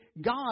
God